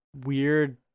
weird